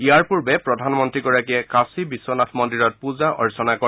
ইয়াৰ পূৰ্বে প্ৰধানমন্ত্ৰীগৰাকীয়ে কাশী বিশ্বনাথ মন্দিৰত পূজা অৰ্চনা কৰে